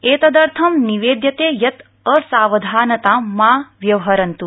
एतदर्थ निवेद्यते यत् असावधानतां मा व्यवहरन्त्